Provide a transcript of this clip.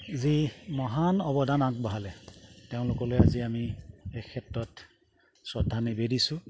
যি মহান অৱদান আগবঢ়ালে তেওঁলোকলৈ আজি আমি এই ক্ষেত্ৰত শ্ৰদ্ধা নিবেদিছোঁ